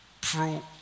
Pro